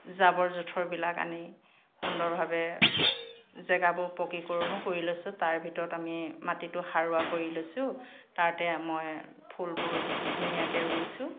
জাবৰ জোথৰবিলাক আনি সুন্দৰভাৱে জেগাবোৰ পকীকৰণো কৰি লৈছোঁ তাৰ ভিতৰত আমি মাটিতো সাৰুৱা কৰি লৈছোঁ তাতে মই ফুলবোৰ ধুনীয়াকৈ ৰুইছোঁ